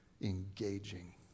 engaging